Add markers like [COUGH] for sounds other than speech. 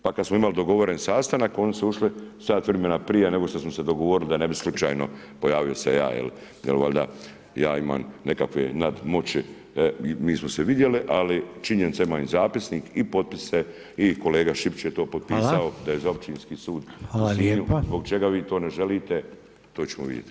Pa kad smo imali dogovoren sastanak oni su ušli sat vremena prije nego što smo se dogovorili, da ne bi slučajno pojavio se ja jel, jer valjda ja imam nekakve nadmoći, nismo se vidjeli, ali činjenica imam i zapisnik i potpise i kolega … [UNINTELLIGIBLE] je to potpisao da je za Općinski sud u Sinju zbog čega vi to ne želite, to ćemo vidjeti.